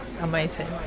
Amazing